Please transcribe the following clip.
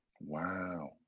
Wow